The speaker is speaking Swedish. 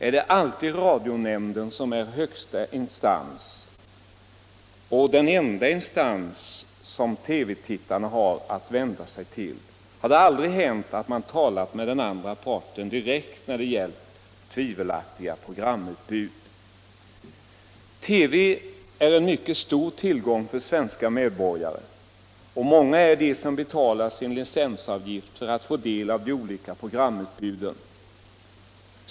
Är det alltid radionämnden som är högsta instans, och är radionämnden den enda instans som TV-tittarna har att vända sig till? Har det aldrig hänt att man talat med den andra parten direkt när det gällt tvivelaktiga programutbud? TV är en mycket stor tillgång för de svenska medborgarna, och många är de som betalar sin licensavgift för att få del av de olika programutbuden.